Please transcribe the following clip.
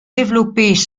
développés